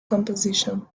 composition